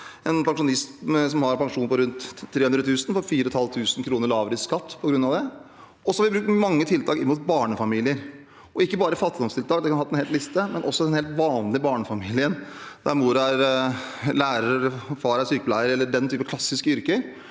En pensjonist som har pensjon på rundt 300 000 kr, får 4 500 kr lavere skatt på grunn av det. Vi har også mange tiltak rettet mot barnefamilier, og ikke bare fattigdomstiltak, der jeg kunne hatt en hel liste, men også tiltak for en helt vanlig barnefamilie, der mor er lærer og far er sykepleier, eller den type klassiske yrker.